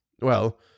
Well